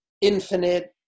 infinite